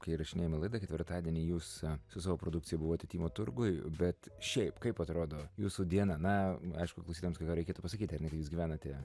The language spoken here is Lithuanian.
kai įrašinėjame laidą ketvirtadienį jūs su savo produkcija buvote tymo turguj bet šiaip kaip atrodo jūsų dieną na aišku klausytojams reikėtų pasakyti ar ne kad jūs gyvenate